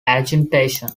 agitation